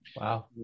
Wow